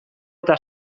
eta